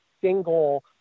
single